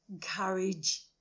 courage